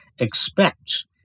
expect